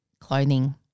clothing